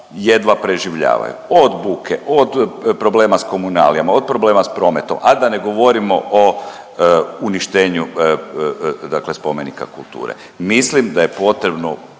jedva preživljavaju, od buke, od problema s komunalijama, od problema s prometom, a da ne govorimo o uništenju dakle spomenika kulture. Mislim da je potrebno